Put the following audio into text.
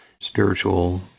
spiritual